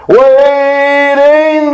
waiting